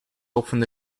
often